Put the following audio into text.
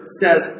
says